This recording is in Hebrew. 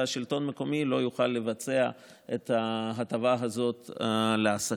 והשלטון המקומי לא יוכל לבצע את ההטבה הזאת לעסקים.